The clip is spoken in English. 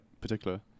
particular